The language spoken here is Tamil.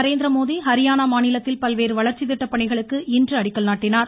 நரேந்திரமோடி ஹரியானா மாநிலத்தில் பல்வேறு வளர்ச்சி திட்ட பணிகளுக்கு இன்று அடிக்கல் நாட்டினார்